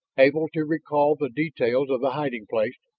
able to recall the details of the hiding place,